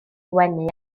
wenu